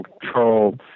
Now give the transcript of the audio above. control